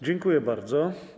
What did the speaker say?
Dziękuję bardzo.